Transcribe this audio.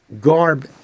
garb